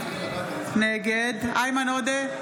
נגד איימן עודה,